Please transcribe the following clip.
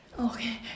Okay